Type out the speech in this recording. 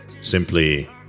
simply